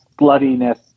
bloodiness